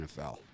NFL